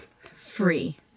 Free